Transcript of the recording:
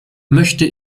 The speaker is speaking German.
möchte